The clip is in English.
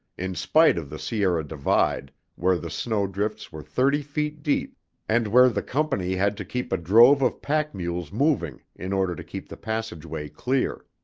in spite of the sierra divide where the snow drifts were thirty feet deep and where the company had to keep a drove of pack mules moving in order to keep the passageway clear.